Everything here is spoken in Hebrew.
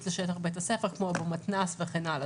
לשטח בית הספר כמו מתנ"ס וכן הלאה.